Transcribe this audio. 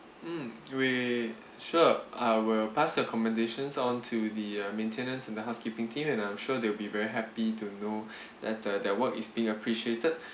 mm we sure I will pass your commendations on to the uh maintenance and the housekeeping team and I'm sure they'll be very happy to know that uh their work is being appreciated